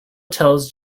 tells